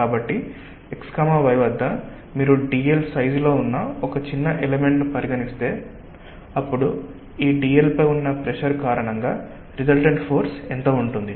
కాబట్టి x y వద్ద మీరు dl సైజ్ లో ఉన్న ఒక చిన్న ఎలెమెంట్ ను పరిగణిస్తే అప్పుడు ఈ dl పై ఉన్న ప్రెషర్ కారణంగా రిసల్టెంట్ ఫోర్స్ ఎంత ఉంటుంది